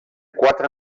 quatre